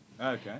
Okay